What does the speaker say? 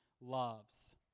loves